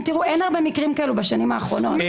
אם תראו אין הרבה מקרים כאלו בשנים האחרונות.